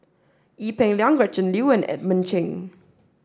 Ee Peng Liang Gretchen Liu and Edmund Cheng